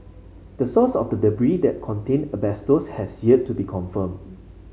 the source of the debris that contained asbestos has yet to be confirmed